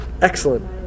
Excellent